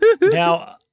now